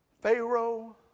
Pharaoh